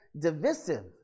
divisive